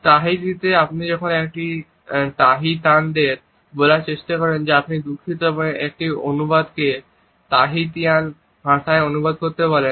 তাহিতিতে আপনি যদি একজন তাহিতিয়ানকে বলার চেষ্টা করেন যে আপনি দুঃখিত এবং একজন অনুবাদককে তাহিতিয়ান ভাষায় অনুবাদ করতে বলেন